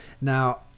Now